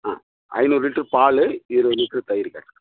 ஆ ஐநூறு லிட்ரு பாலு இருபது லிட்ரு தயிருக்கு